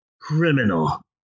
criminal